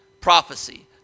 prophecy